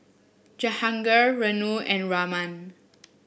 Jahangir Renu and Raman